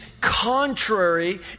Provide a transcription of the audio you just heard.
contrary